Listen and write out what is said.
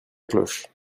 cloche